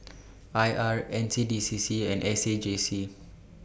I R N C D C C and S A J C